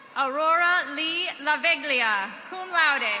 aurora lee laviglia, cum laude. and